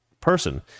person